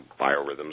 biorhythms